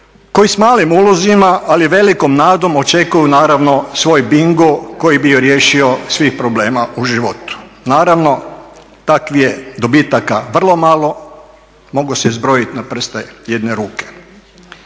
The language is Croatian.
koji s malim ulozima, ali velikom nadom očekuju naravno svoj bingo koji bi ih riješio svih problema u životu. Naravno takvih je dobitaka vrlo malo, mogu se zbrojiti na prste jedne ruke.